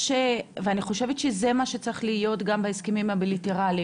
יש ואני חושבת שזה גם מה שצריך להיות בהסכמים הבילטראליים.